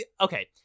okay